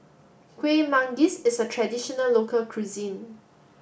Kuih Manggis is a traditional local cuisine